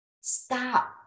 stop